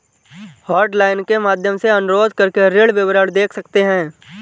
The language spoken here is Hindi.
हॉटलाइन के माध्यम से अनुरोध करके ऋण विवरण देख सकते है